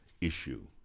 issue